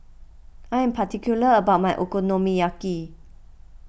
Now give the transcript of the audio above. I am particular about my Okonomiyaki